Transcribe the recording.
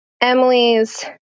Emily's